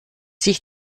sich